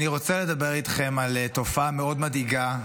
אני רוצה לדבר איתכם על תופעה מאוד מדאיגה,